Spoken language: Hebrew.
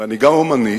אני גם הומניסט